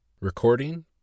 Recording